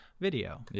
video